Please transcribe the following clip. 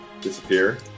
disappear